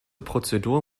prozedur